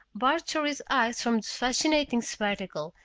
bart tore his eyes from the fascinating spectacle,